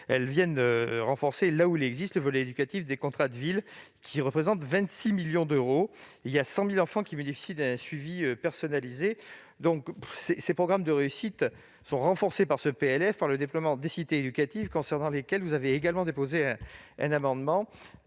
viennent renforcer, là où il existe, le volet éducatif des contrats de ville, qui représente 26 millions d'euros ; 100 000 enfants bénéficient d'un suivi personnalisé dans ce cadre. Ces programmes sont confortés dans ce PLF, le déploiement des cités éducatives, sur lesquelles vous avez également déposé un amendement,